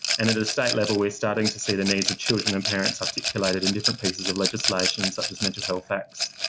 and at a state level, we're starting to see the needs of children and parents articulated in different pieces of legislation such as mental health acts,